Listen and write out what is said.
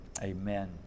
amen